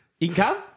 Income